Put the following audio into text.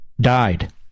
Died